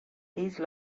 these